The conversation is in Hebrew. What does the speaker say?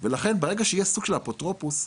לכן חשוב שיהיה סוג של אפוטרופוס,